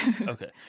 Okay